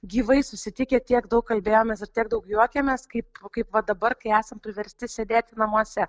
gyvai susitikę tiek daug kalbėjomės ir tiek daug juokėmės kaip kaip va dabar kai esam priversti sėdėti namuose